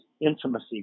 Intimacy